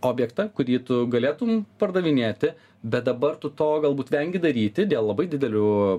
objektą kurį tu galėtum pardavinėti bet dabar tu to galbūt vengi daryti dėl labai didelių